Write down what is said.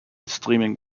streaming